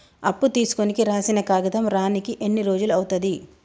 అప్పు తీసుకోనికి రాసిన కాగితం రానీకి ఎన్ని రోజులు అవుతది?